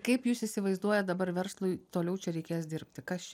kaip jūs įsivaizduojat dabar verslui toliau čia reikės dirbti kas čia